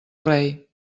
rei